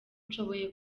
nshoboye